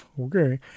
Okay